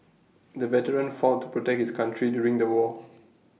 the veteran fought to protect his country during the war